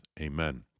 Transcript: Amen